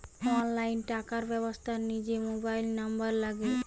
online টাকার ব্যবস্থার জিনে মোবাইল নম্বর লাগে